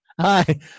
Hi